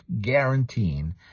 guaranteeing